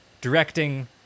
directing